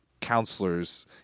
counselors